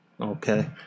okay